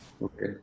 Okay